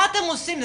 מה אתם עושים?